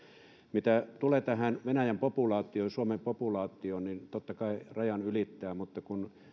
mitä tulee venäjän populaatioon ja suomen populaatioon niin totta kai ne rajan ylittävät mutta kun